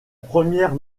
première